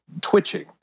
twitching